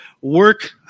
work